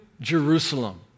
Jerusalem